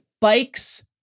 bikes